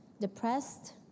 depressed